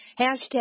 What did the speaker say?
hashtag